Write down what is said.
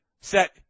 set